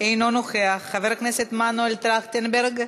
אינו נוכח, חבר הכנסת מנואל טרכטנברג,